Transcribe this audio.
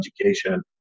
education